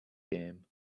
game